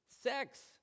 Sex